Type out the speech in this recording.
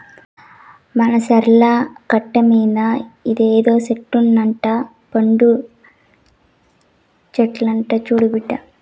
మన చర్ల గట్టుమీద ఇదేదో చెట్టు నట్ట పండు చెట్లంట చూడు బిడ్డా